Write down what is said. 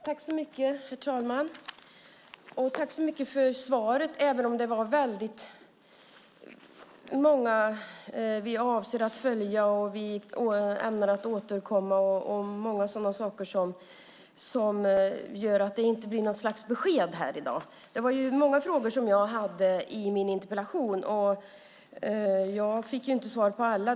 Herr talman! Jag tackar ministern för svaret även om det var många "vi avser att följa", "vi ämnar återkomma" och mycket sådant som gör att vi inte fick något besked här i dag. Jag hade många frågor i min interpellation och fick inte svar på alla.